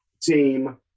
team